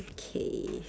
okay